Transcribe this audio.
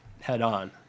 head-on